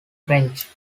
french